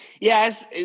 Yes